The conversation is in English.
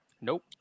Nope